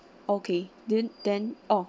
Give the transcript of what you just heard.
okay then then oh